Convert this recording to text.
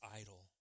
idle